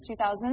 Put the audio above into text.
2000